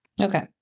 Okay